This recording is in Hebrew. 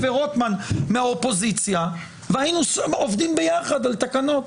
ורוטמן מהאופוזיציה והיינו עובדים ביחד על תקנות.